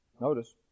Notice